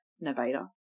Nevada